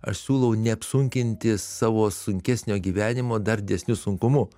aš siūlau neapsunkinti savo sunkesnio gyvenimo dar didesniu sunkumu